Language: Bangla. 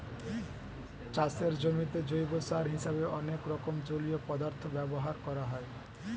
চাষের জমিতে জৈব সার হিসেবে অনেক রকম জলীয় পদার্থ ব্যবহার করা হয়